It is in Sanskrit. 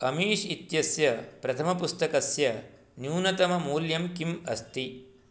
अमीशः इत्यस्य प्रथमपुस्तकस्य न्यूनतमं मूल्यं किम् अस्ति